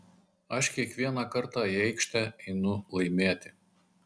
aš kiekvieną kartą į aikštę einu laimėti